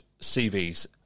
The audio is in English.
CVs